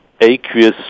aqueous